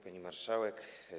Pani Marszałek!